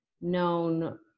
known